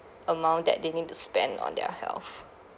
amount that they need to spend on their health